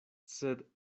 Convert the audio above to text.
sed